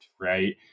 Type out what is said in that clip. right